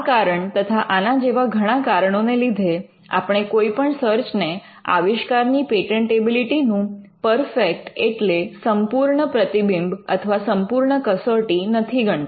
આ કારણ તથા આના જેવા ઘણા કારણોને લીધે આપણે કોઈપણ સર્ચ ને આવિષ્કારની પેટન્ટેબિલિટી નું પરફેક્ટ એટલે સંપૂર્ણ પ્રતિબિંબ અથવા સંપૂર્ણ કસોટી નથી ગણતા